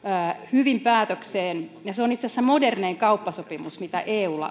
hyvin päätökseen ja se on itse asiassa modernein kauppasopimus mitä eulla on niin